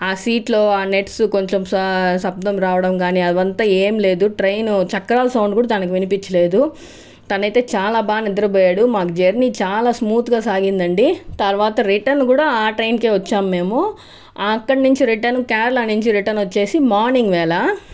ఆ సీట్స్ లో నెట్స్ కొంచెం శబ్దం రావడం గానీ అదంతా ఏమి లేదు ట్రైన్ చక్రాలు సౌండ్ కూడా దానికి వినిపించలేదు తను అయితే చాలా బాగా నిద్రపోయాడు మాకు జర్నీ చాలా స్మూత్ గా సాగిందండి తర్వాత రిటర్న్ కూడా ఆ టైం కే వచ్చాము మేము అక్కడ నుంచి రిటర్న్ కేరళ నుంచి రిటర్న్ వచ్చేసి మార్నింగ్ వేళ